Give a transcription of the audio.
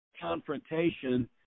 confrontation